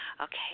okay